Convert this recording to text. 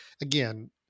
Again